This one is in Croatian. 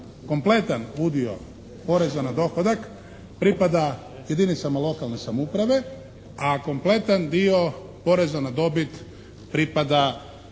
kompletan udio poreza na dohodak pripada jedinicama lokalne samouprave a kompletan dio poreza na dobit pripada državnom